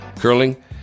curling